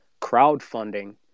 crowdfunding